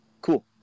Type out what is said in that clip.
cool